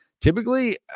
Typically